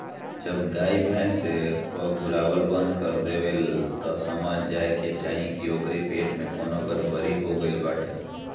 जब गाई भैस पगुरावल बंद कर देवे तअ समझ जाए के चाही की ओकरी पेट में कवनो गड़बड़ी हो गईल बाटे